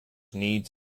needs